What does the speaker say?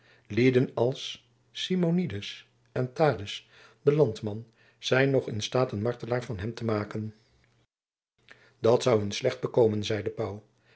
lieden als simonides en thaddeus de landtman zijn nog in staat een martelaar van hem te maken dat zoû hun slecht bekomen zeide pauw